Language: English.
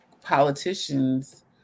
politicians